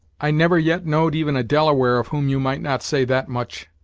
i never yet know'd even a delaware of whom you might not say that much.